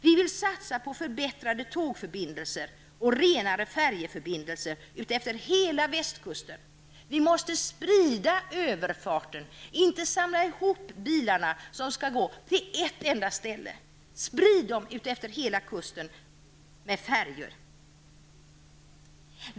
Vi vill satsa på förbättrade tågförbindelser och renare färjeförbindelser utefter hela västkusten. Vi måste sprida överfarterna och inte samla ihop bilarna till ett enda ställe. Sprid dem i stället utefter hela kusten där det skall finnas färjor.